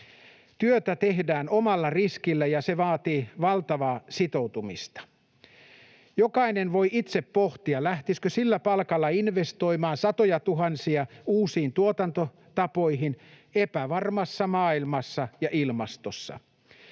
Työtä tehdään omalla riskillä, ja se vaatii valtavaa sitoutumista. Jokainen voi itse pohtia, lähtisikö sillä palkalla investoimaan satojatuhansia uusiin tuotantotapoihin epävarmassa maailmassa ja ilmastossa.